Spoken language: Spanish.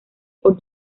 por